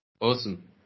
Awesome